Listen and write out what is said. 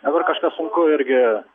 dabar kažką sunku irgi